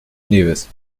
nevis